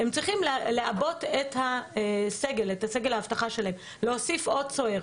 הם צריכים לעבות את סגל האבטחה שלהם ולהוסיף עוד סוהר.